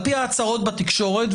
על פי ההצהרות בתקשורת,